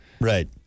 Right